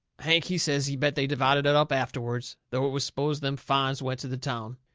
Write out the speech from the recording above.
hank, he says he bet they divided it up afterward, though it was supposed them fines went to the town.